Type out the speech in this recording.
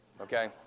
Okay